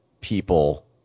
people